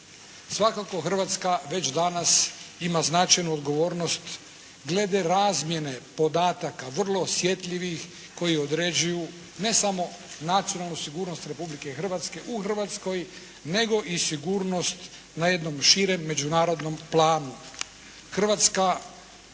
Svakako Hrvatska već danas ima značajnu odgovornost glede razmjene podataka vrlo osjetljivih koji određuju ne samo nacionalnu sigurnost Republike Hrvatske u Hrvatskoj nego i sigurnost na jednom širem međunarodnom planu. Hrvatska